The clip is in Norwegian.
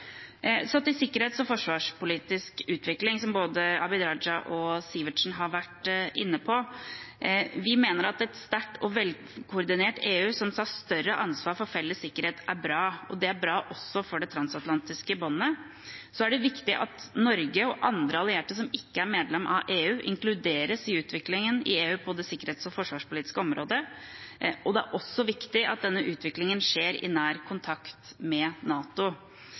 Så til sikkerhets- og forsvarspolitisk utvikling, som både Abid Q. Raja og Eirik Sivertsen har vært inne på. Vi mener at et sterkt og velkoordinert EU som tar større ansvar for felles sikkerhet, er bra, og det er bra også for det transatlantiske båndet. Så er det viktig at Norge og andre allierte som ikke er medlem av EU, inkluderes i utviklingen i EU på det sikkerhets- og forsvarspolitiske området, og det er også viktig at denne utviklingen skjer i nær kontakt med NATO.